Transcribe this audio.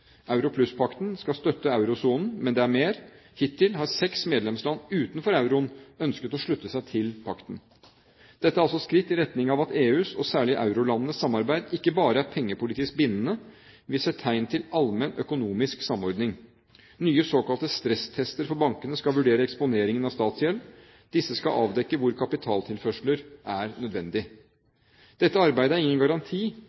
skal støtte eurosonen – men det er mer: Hittil har seks medlemsland utenfor euroen ønsket å slutte seg til pakten. Dette er altså skritt i retning av at EUs og særlig eurolandenes samarbeid ikke bare er pengepolitisk bindende, men vi ser tegn til allmenn, økonomisk samordning. Nye såkalte stresstester for bankene skal vurdere eksponeringen for statsgjeld. Disse skal avdekke hvor kapitaltilførsler er